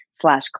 slash